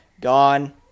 gone